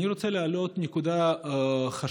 אני רוצה להעלות נקודה חשובה.